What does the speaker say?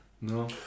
No